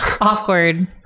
Awkward